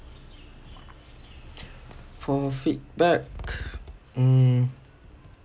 for feedback mm